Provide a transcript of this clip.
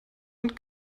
und